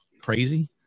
crazy